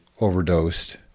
overdosed